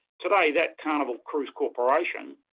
today, that carnival cruise corporation,